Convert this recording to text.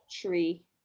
tree